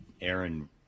Aaron